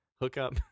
hookup